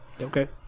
Okay